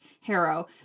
Harrow